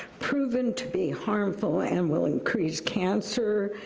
proven to be harmful and will increase cancer,